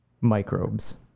microbes